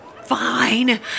Fine